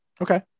Okay